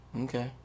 Okay